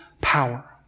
power